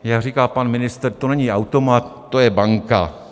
Jak říká pan ministr, to není automat, to je banka.